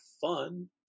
fun